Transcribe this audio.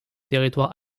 territoire